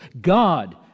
God